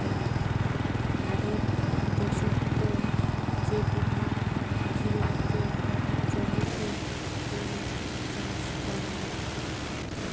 ভারত দ্যাশোত যে বিভাগ গিলাতে জমিতে ফুল চাষ করাং